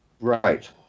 Right